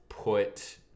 Put